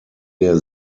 der